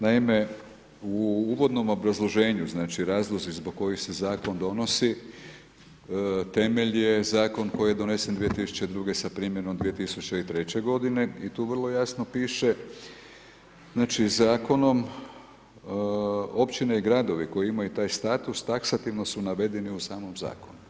Naime, u uvodnom obrazloženju, znači, razlozi zbog kojih se Zakon donosi temelj je Zakon koji je donesen 2002.-ge sa primjenom 2003.-će godine i tu vrlo jasno piše, znači, Zakonom općine i gradovi koji imaju taj status, taksativno su navedeni u samom Zakonu.